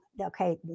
okay